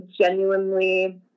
genuinely